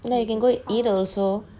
ya we can go eat also